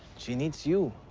she needs you.